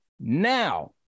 Now